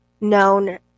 known